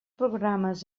programes